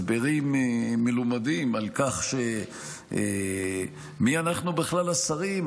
הסברים מלומדים על כך שמי אנחנו בכלל, השרים?